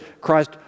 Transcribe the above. Christ